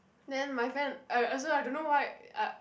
then my friend uh also I don't know why uh